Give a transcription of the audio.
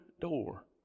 door